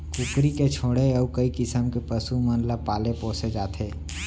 कुकरी के छोड़े अउ कई किसम के पसु मन ल पाले पोसे जाथे